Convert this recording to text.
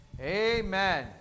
Amen